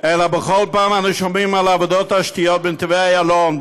אלא בכל פעם אנחנו שומעים על עבודות תשתיות בנתיבי איילון,